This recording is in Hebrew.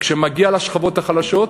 כשזה מגיע לשכבות החלשות,